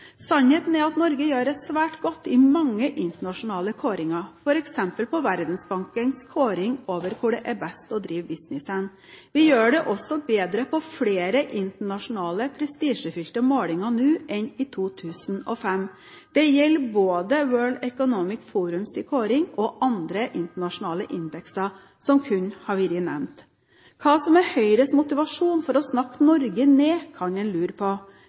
Sannheten er at Norge gjør det svært godt i mange internasjonale kåringer, f.eks. på Verdensbankens kåring over hvor det er best å drive business. Vi gjør det også bedre på flere internasjonale, prestisjefylte målinger nå enn i 2005. Det gjelder både World Economic Forums kåring og andre internasjonale indekser, som kunne ha vært nevnt. Hva som er Høyres motivasjon for å snakke Norge ned, kan en lure på,